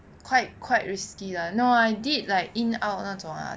quite quite risky lah no I did like in out 那种 ah